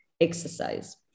exercise